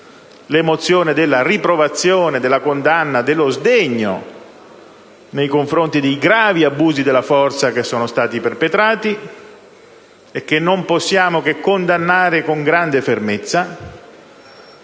sentimento di riprovazione, di condanna, di sdegno nei confronti dei gravi abusi della forza che sono stati perpetrati, e che non possiamo che condannare con grande fermezza,